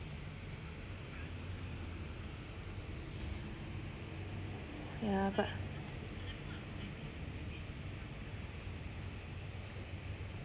yeah but